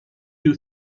you